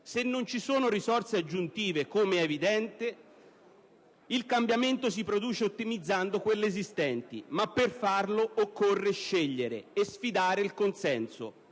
Se non vi sono risorse aggiuntive (come è evidente), il cambiamento si produce ottimizzando quelle esistenti; per farlo, però, occorre scegliere e sfidare il consenso,